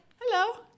Hello